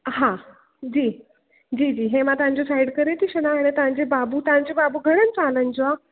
हा जी जी जी हे मां तव्हांजो साइड करे थी छॾियां हिन तव्हांजे बाबू तव्हांजो बाबू घणनि सालनि जो आहे